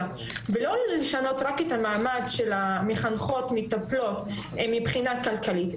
ולא לשנות רק את המעמד של המחנכות-מטפלות מבחינה כלכלית,